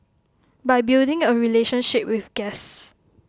by building A relationship with guests